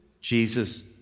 Jesus